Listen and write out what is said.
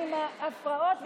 ממתי איש חד"ש,